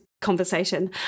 conversation